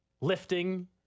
Lifting